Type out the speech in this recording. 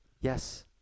Yes